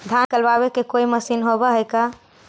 धान निकालबे के कोई मशीन होब है का?